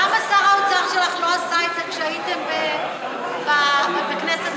למה שר האוצר שלך לא עשה את זה כשהייתם בכנסת הקודמת?